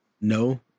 no